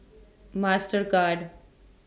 Mastercard